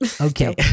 Okay